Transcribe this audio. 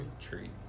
treat